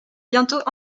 bientôt